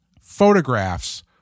photographs